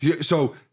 So-